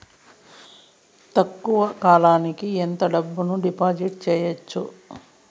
తక్కువ కాలానికి ఎంత డబ్బును డిపాజిట్లు చేయొచ్చు?